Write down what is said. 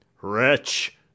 Wretch